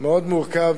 מאוד מורכב,